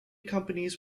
companies